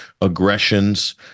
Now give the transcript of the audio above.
aggressions